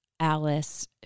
Alice